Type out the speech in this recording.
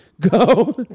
Go